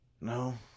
No